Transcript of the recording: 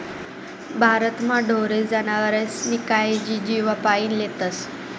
भारतमा ढोरे जनावरेस्नी कायजी जीवपाईन लेतस